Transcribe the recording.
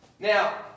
Now